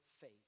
faith